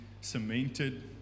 cemented